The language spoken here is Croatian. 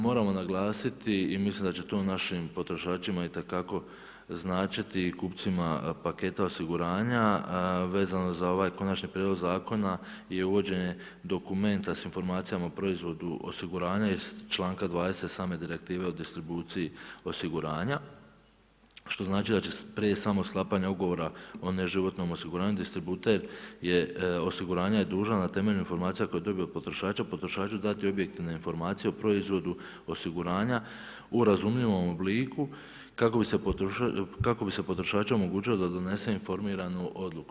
Moramo naglasiti i mislim da će to našim potrošačima itekako značiti, i kupcima paketa osiguranja, vezano za ovaj Konačni prijedlog zakona, je uvođenje Dokumenta s informacijama o proizvodu osiguranja iz čl. 20 iz same direktive o distribuciji osiguranja, što znači da će se prije samog sklapanja Ugovora o neživotnom osiguranju, distributer je osiguranja dužan na temelju informacija koje dobio od potrošača, potrošaču dati objektivne informacije o proizvodu osiguranja u razumljivom obliku, kako bi se potrošaču omogućilo da donese informiranu odluku.